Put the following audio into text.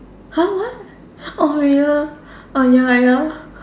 !huh! what oh ya oh ya ya